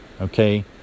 Okay